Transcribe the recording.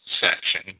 section